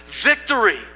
victory